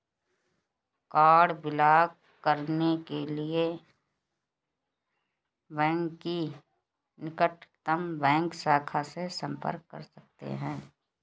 card block करने के लिए बैंक की निकटतम बैंक शाखा से संपर्क कर सकते है